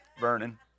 Vernon